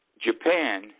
Japan